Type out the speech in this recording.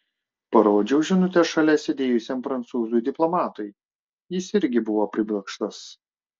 parodžiau žinutę šalia sėdėjusiam prancūzui diplomatui jis irgi buvo priblokštas